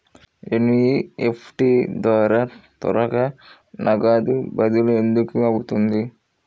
NEFT ద్వారా త్వరగా నగదు బదిలీ ఎందుకు అవుతుంది?